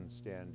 stand